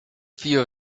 few